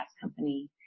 company